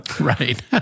Right